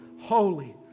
holy